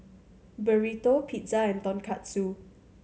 Burrito Pizza and Tonkatsu